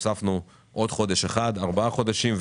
הוספנו עוד חודש אחד 4 חודשים.